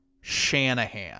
Shanahan